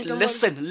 listen